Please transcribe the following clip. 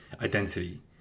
identity